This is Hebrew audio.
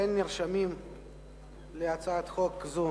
אין נרשמים לדיבור על הצעת חוק זו.